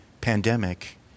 pandemic